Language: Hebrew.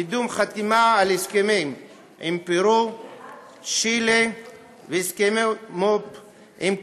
קידום חתימה על הסכמים עם פרו וצ'ילה והסכמי מו"פ עם קולומביה,